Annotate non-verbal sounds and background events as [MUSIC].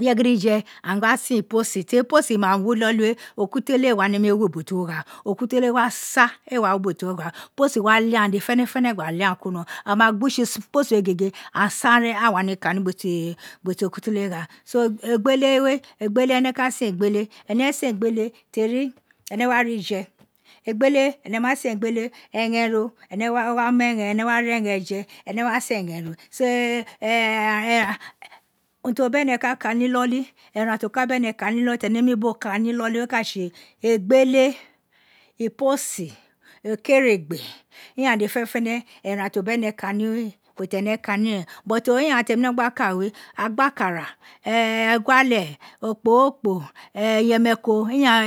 Irefe gidife aghanwino gba sen iposi ten iposi ma wi iloli we ekutele ee wa nemi wo ubo ti won gha e ekutele wa sa ee wa wo ubo ti wo gho posi wa le aghan dede fenefene gba le agha kun inoron, a ua gbo utse posi we gege aghan sa ren aghan éè wa nemi kani ubo ti ekutele gha so egbele we ene ka sen egbele ene sen egbele ten ene wa ri je egbele ene ma sen egbele eghen ro ene [HESITATION] wa mu egbon ene wa ri eghen je, ene wa se eghen ro [UNINTELLIGIBLE] urun ta o bene ka ka ni iloli eran ti o ka bene kani iloli tene nemi bo kani iloli ka tse egbele, iposi, ekeregbe ighan dede fenefene eran to bene kani bo tene ka ni ren, but ighan temi wino gba ka wi, agbakara eguale okpoghorokpo iferuriko ighan